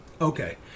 Okay